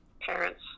parents